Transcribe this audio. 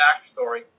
backstory